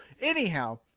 anyhow